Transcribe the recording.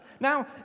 Now